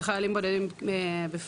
וחיילים בודדים בפרט.